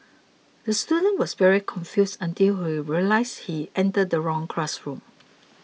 the student was very confused until he realised he entered the wrong classroom